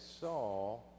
saw